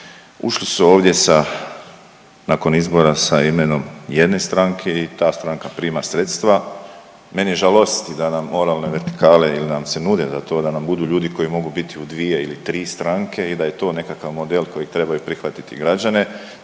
ušli su ovdje nakon izbora sa imenom jedne stranke i ta stranka prima sredstva. Mene žalosti da nam moralne vertikale ili nam se nude da to da nam budu ljudi koji mogu biti u dvije ili tri stranke i da je to nekakav model koji trebaj prihvatiti građane,